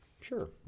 Sure